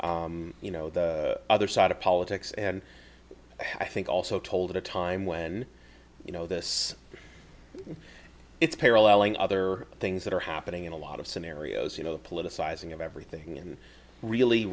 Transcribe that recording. and you know the other side of politics and i think also told at a time when you know this it's paralleling other things that are happening in a lot of scenarios you know the politicizing of everything and really